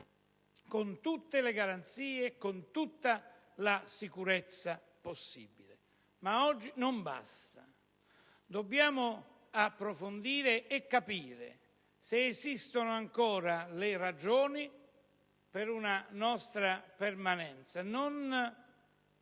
con tutte le garanzie e con tutta la sicurezza possibili. Ma oggi non basta. Dobbiamo approfondire e capire se esistano ancora le ragioni per una nostra permanenza.